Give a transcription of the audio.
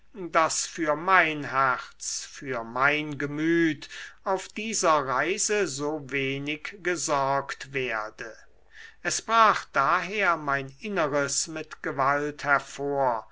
daß für mein herz für mein gemüt auf dieser reise so wenig gesorgt werde es brach daher mein inneres mit gewalt hervor